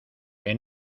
que